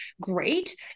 great